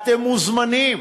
אתם מוזמנים,